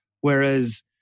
Whereas